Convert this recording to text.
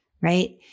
right